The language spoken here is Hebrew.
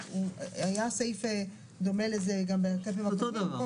היה סעיף דומה לזה גם בהרכבים הקודמים.